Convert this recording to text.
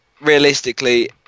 realistically